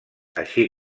així